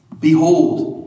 Behold